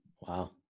Wow